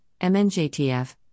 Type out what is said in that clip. MNJTF